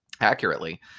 accurately